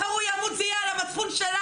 מחר הוא ימות זה יהיה על המצפון שלך,